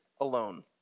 alone